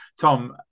Tom